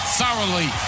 thoroughly